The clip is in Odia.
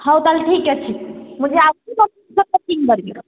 ହଉ ତା'ହେଲେ ଠିକ୍ ଅଛି ମୁଁ ଯାଉଛି ପ୍ୟାକିଂ କରିବି